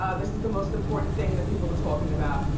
ah this is the most important thing that people are talking about.